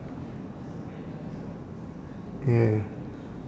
yeah